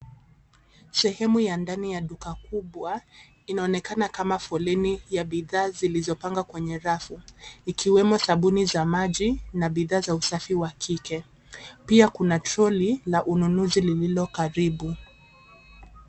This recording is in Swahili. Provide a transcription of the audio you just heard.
Sehemu ya ndani ya duka kubwa inaonekana kama foleni ya bidhaa zilizopangwa kwenye rafu, ikiwemo sabuni za maji na bidhaa za usafi wa kike. Pia kuna troli la ununuzi lililo karibu.